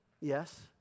Yes